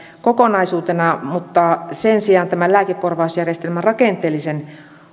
kokonaisuutena mutta sen sijaan tämän lääkekorvausjärjestelmän rakenteellisen